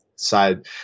side